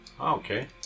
okay